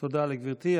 תודה לגברתי.